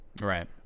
Right